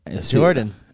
Jordan